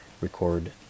record